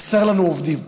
חסרים לנו עובדים.